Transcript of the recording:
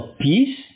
peace